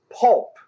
pulp